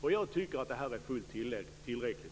För min del är det fullt tillräckligt.